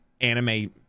anime